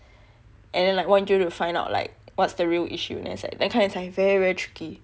and then like want you to find out like what's the real issue then is like that kind is like very very tricky